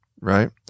right